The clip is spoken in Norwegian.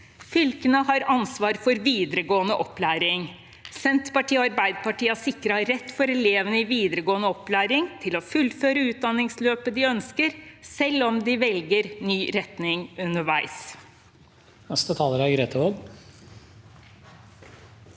Fylkene har ansvaret for videregående opplæring. Senterpartiet og Arbeiderpartiet har sikret rett for elevene i videregående opplæring til å fullføre utdanningsløpet de ønsker, selv om de velger ny retning underveis. Grete Wold